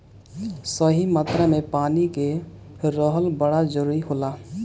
सही मात्रा में पानी के रहल बड़ा जरूरी होला